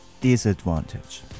disadvantage